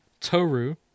Toru